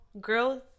growth